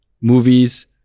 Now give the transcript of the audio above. Movies